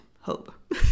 hope